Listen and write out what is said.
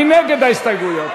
מי נגד ההסתייגויות?